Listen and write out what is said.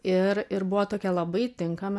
ir ir buvo tokia labai tinkama